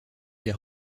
des